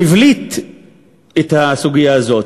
הבליט את הסוגיה הזאת.